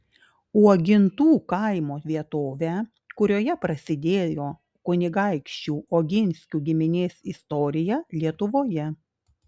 uogintų kaimo vietovę kurioje prasidėjo kunigaikščių oginskių giminės istorija lietuvoje